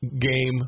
game